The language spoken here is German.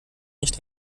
nicht